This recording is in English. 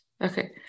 okay